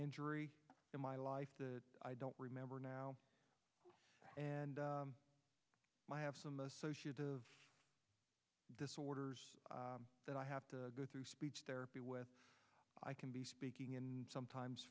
injury in my life that i don't remember now and i have some associative disorders that i have to go through speech therapy with i can be speaking and sometimes